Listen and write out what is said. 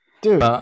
Dude